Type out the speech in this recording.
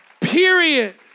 Period